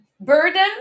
burden